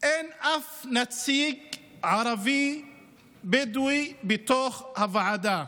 אין אף נציג ערבי-בדואי בתוך הוועדה.